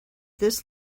this